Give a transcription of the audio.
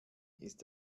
ist